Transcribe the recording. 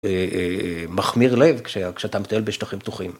מכמיר לב כשאתה מטייל בשטחים פתוחים.